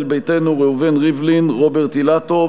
הליכוד, ישראל ביתנו: ראובן ריבלין ורוברט אילטוב.